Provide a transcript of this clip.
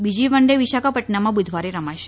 બીજી one day વિશાખાપદનમમાં બુધવારે રમાશે